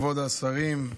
כבוד השרים,